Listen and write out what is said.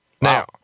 now